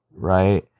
right